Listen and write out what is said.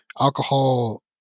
alcohol